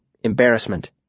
Embarrassment